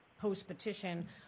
post-petition